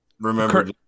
Remember